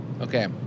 Okay